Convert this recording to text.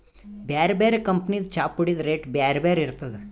ಬ್ಯಾರೆ ಬ್ಯಾರೆ ಕಂಪನಿದ್ ಚಾಪುಡಿದ್ ರೇಟ್ ಬ್ಯಾರೆ ಬ್ಯಾರೆ ಇರ್ತದ್